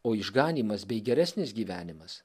o išganymas bei geresnis gyvenimas